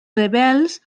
rebels